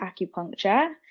acupuncture